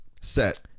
set